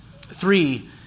Three